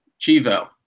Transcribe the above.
Chivo